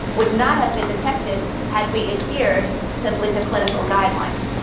would not have been detected had we adhered simply to clinical guidelines.